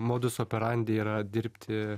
moduso operande yra dirbti